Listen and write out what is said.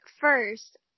first